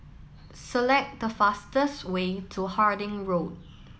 select the fastest way to Harding Road